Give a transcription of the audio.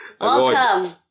Welcome